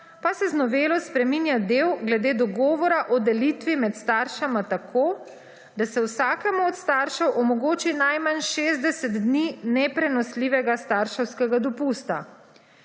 pa se z novelo spreminja del glede dogovora o delitvi med staršema tako, da se vsakemu od staršev omogoči najmanj 60 dni neprenosljivega starševskega dopusta.